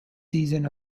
season